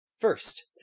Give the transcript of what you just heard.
First